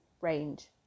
range